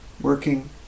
working